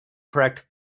correct